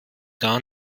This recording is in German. gar